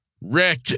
Rick